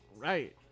Right